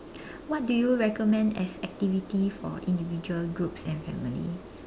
what do you recommend as activity for individual groups and family